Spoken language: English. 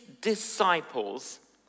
disciples